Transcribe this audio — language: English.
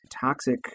toxic